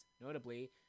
Notably